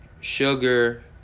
sugar